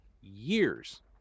years